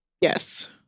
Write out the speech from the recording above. Yes